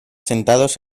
sentados